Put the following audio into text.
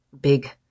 Big